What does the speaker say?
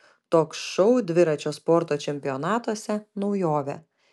toks šou dviračio sporto čempionatuose naujovė